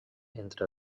entre